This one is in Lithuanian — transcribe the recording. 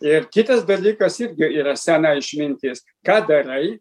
ir kitas dalykas irgi yra sena išmintis ką darai